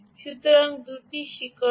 সুতরাং দুটি শিকড় আছে